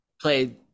played